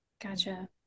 Gotcha